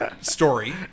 story